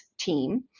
Team